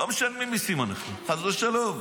לא משלמים מיסים אנחנו, חס ושלום,